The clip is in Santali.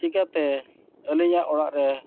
ᱪᱮᱠᱟᱛᱮ ᱟᱹᱞᱤᱧᱟᱜ ᱚᱲᱟᱜ ᱨᱮ